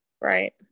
Right